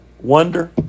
wonder